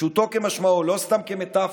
פשוטו כמשמעו, לא סתם כמטפורה.